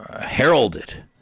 heralded